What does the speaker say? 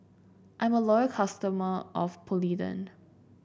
I'm a loyal customer of Polident